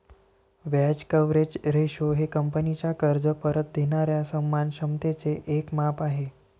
व्याज coverage ratio हे कंपनीचा कर्ज परत देणाऱ्या सन्मान क्षमतेचे एक माप आहे